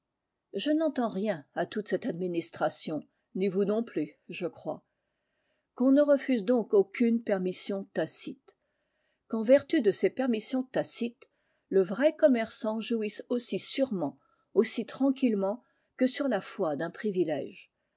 je n'entends rien à toute cette administration ni vous non plus je crois qu'on ne refuse donc aucune permission tacite qu'en vertu de ces permissions tacites le vrai commerçant jouisse aussi sûrement aussi tranquillement que sur la foi d'un privilège